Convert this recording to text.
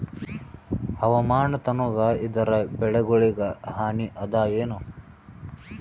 ಹವಾಮಾನ ತಣುಗ ಇದರ ಬೆಳೆಗೊಳಿಗ ಹಾನಿ ಅದಾಯೇನ?